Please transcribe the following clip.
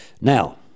Now